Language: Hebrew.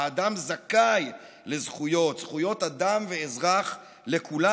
האדם זכאי לזכויות, זכויות אדם ואזרח לכולם.